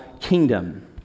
kingdom